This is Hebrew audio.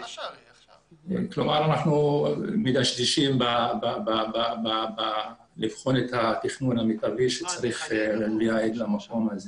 כלומר אנחנו מדשדשים לבחון את התכנון המיטבי שצריך לייעד למקום הזה.